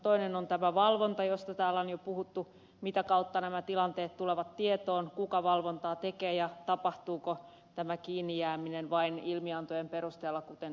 toinen on tämä valvonta josta täällä on jo puhuttu mitä kautta nämä tilanteet tulevat tietoon kuka valvontaa tekee ja tapahtuuko tämä kiinni jääminen vain ilmiantojen perusteella kuten ed